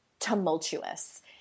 tumultuous